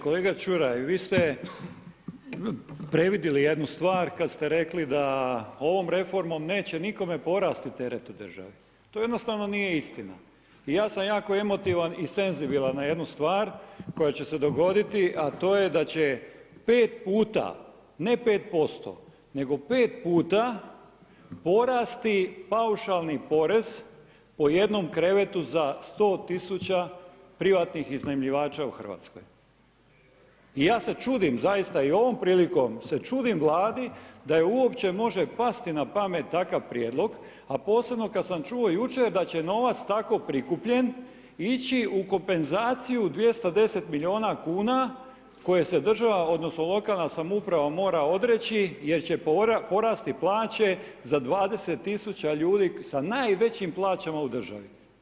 Kolega Čuraj, vi ste previdjeli jednu stvar kad ste rekli da ovom reformom neće nikome porasti teret u državi, to jednostavno nije istina i ja sam jako emotivan i senzibilan na jednu stvar koja će se dogoditi, a to je da će 5 puta, ne 5%, nego pet puta porasti paušalni porez po jednom krevetu za 100 000 privatnih iznajmljivača u Hrvatskoj i ja se čudim i zaista i ovom prilikom se čudim vladi da je uopće može pasti na pamet takav prijedlog, a posebno kad sam čuo jučer da će novac tako prikupljen ići u kompenzaciju 210 milijuna kuna kojih se lokalna samouprava mora odreći jer će porasti plače za 20 000 ljudi s najvećim plaćama u državi.